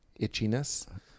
itchiness